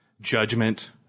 judgment